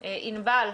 ענבל,